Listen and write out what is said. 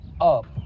up